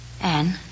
Anne